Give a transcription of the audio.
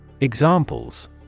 Examples